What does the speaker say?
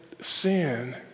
sin